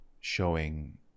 showing